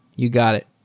you got it.